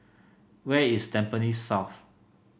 where is Tampines South